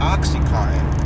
OxyContin